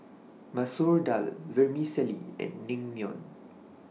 Masoor Dal Vermicelli and Naengmyeon